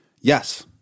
Yes